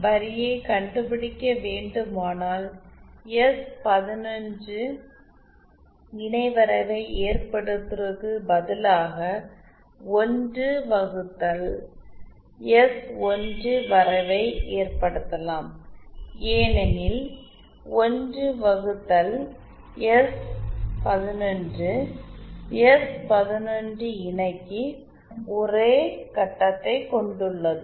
வரியைக் கண்டுபிடிக்க வேண்டுமானால் எஸ் 1 1 இணை வரவை ஏற்படுத்துவதற்கு பதிலாக 1 வகுத்தல் எஸ்1 வரைவை ஏற்படுத்தலாம் ஏனெனில் 1 வகுத்தல் எஸ்11 எஸ் 11 இணைக்கு ஒரே கட்டத்தை கொண்டுள்ளது